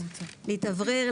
להתאוורר,